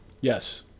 Yes